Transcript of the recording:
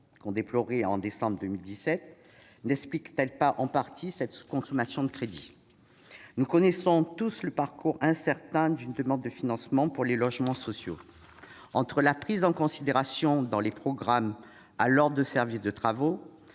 au mois de décembre 2017, n'explique-t-elle pas en partie cette sous-consommation des crédits ? Nous connaissons tous le parcours incertain d'une demande de financement pour des logements sociaux. De la prise en considération dans les programmes à l'ordre de service autorisant